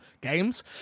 games